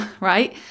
right